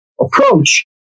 approach